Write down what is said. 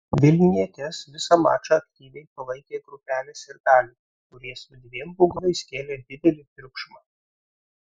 vilnietes visą mačą aktyviai palaikė grupelė sirgalių kurie su dviem būgnais kėlė didelį triukšmą